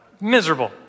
miserable